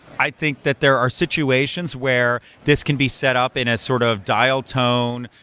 i think that there are situations where this can be set up in a sort of dial tone,